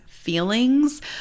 Feelings